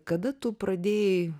kada tu pradėjai